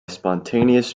spontaneous